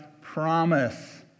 promise